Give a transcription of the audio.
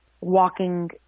walking